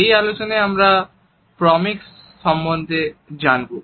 এই আলোচনায় আমরা প্রক্সেমিকস সম্বন্ধে জানবো